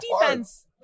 defense